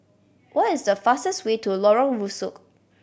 what is the fastest way to Lorong Rusuk